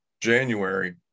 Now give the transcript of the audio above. January